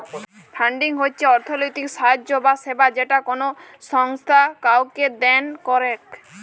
funding হচ্ছ অর্থলৈতিক সাহায্য বা সেবা যেটা কোলো সংস্থা কাওকে দেন করেক